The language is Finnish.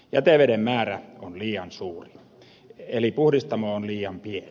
jäteveden määrä on liian suuri eli puhdistamo on liian pieni